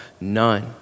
none